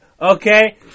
Okay